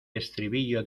estribillo